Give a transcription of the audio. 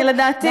לדעתי,